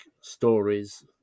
stories